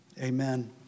amen